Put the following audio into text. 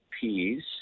Peas